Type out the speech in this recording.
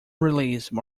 release